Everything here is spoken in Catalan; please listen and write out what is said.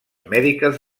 mèdiques